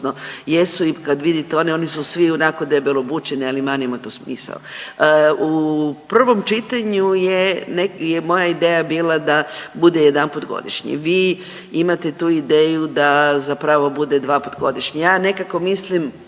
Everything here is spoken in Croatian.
i kad vidite, oni, oni su svi onako debelo obučeni, ali manimo tu smisao. U prvom čitanju je moja ideja bila da bude jedanput godišnje. Vi imate tu ideju da zapravo bude dvaput godišnje.